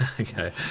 okay